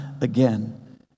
again